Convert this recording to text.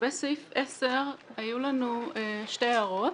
לגבי סעיף 10 היו לנו שתי הערות.